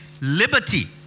liberty